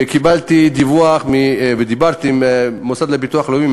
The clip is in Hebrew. אבל דיברתי עם המוסד לביטוח לאומי,